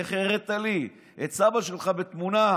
איך הראית לי את אבא שלך בתמונה?